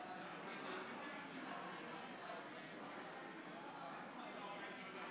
יושב-ראש הכנסת, הינני מתכבדת